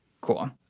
Cool